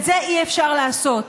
ואת זה אי-אפשר לעשות.